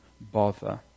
bother